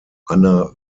anna